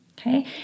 okay